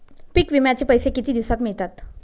पीक विम्याचे पैसे किती दिवसात मिळतात?